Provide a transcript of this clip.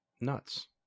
Nuts